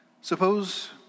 suppose